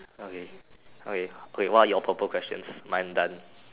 okay okay okay what are your purple questions mine done